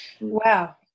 Wow